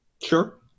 Sure